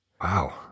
Wow